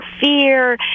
fear